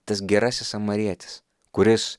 tas gerasis samarietis kuris